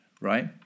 right